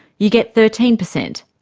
you get thirteen percent.